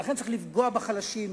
ולכן צריך לפגוע בחלשים,